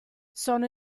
sono